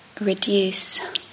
reduce